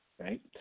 right